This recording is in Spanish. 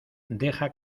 deja